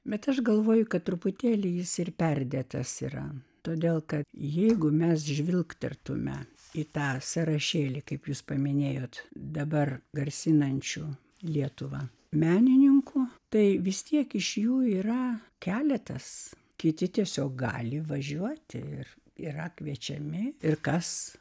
bet aš galvoju kad truputėlį jis ir perdėtas yra todėl kad jeigu mes žvilgtertumėme į tą sąrašėlį kaip jūs paminėjote dabar garsinančių lietuvą menininkų tai vis tiek iš jų yra keletas kiti tiesiog gali važiuoti ir yra kviečiami ir kas